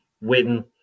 win